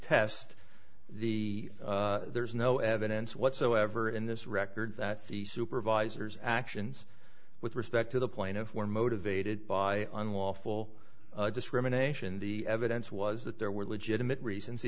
test the there is no evidence whatsoever in this record that the supervisors actions with respect to the plaintiff were motivated by unlawful discrimination the evidence was that there were legitimate reasons the